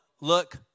look